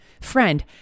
Friend